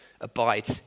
Abide